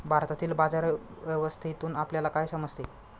भारतातील बाजार व्यवस्थेतून आपल्याला काय समजते?